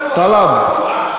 אבל לא ידוע,